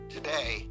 Today